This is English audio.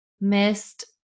missed